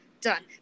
done